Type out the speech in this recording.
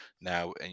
now